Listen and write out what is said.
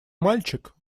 мальчик